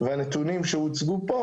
והנתונים שהוצגו פה,